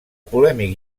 polèmic